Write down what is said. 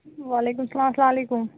وعلیکُم اسلام اسلام علیکُم